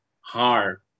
hard